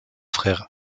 frère